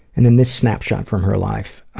and then this snapshot from her life,